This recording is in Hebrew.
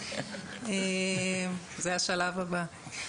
זה השלב הבא.